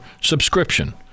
subscription